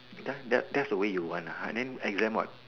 ya that's that's the way you want ah then exam what